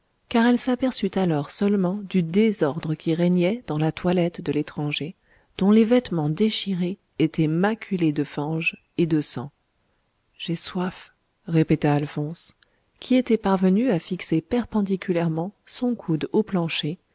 car elle s'aperçut alors seulement du désordre qui régnait dans la toilette de l'étranger dont les vêtements déchirés étaient maculés de fange et de sang j'ai soif répéta alphonse qui était parvenu à fixer perpendiculairement son coude au plancher